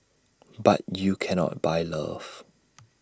but you cannot buy love